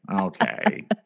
okay